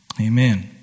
Amen